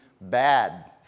bad